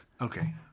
Okay